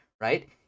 right